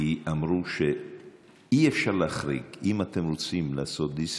כי אמרו שאי-אפשר להחריג: אם אתם רוצים לעשות דיסרגרד,